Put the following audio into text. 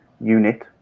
unit